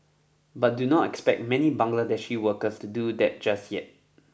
but do not expect many Bangladeshi workers to do that just yet